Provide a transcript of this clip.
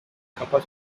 capa